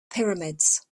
pyramids